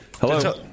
Hello